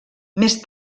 més